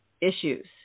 issues